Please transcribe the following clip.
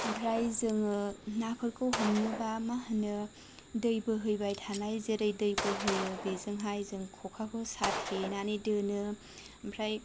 ओमफ्राय जोङो नाफोरखौ हमनोबा मा होनो दै बोहैबाय थानाय जेरै दै बोहैयो बेजोंहाय जों खखाखौ साथेनानै दोनो ओमफ्राय